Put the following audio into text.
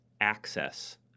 access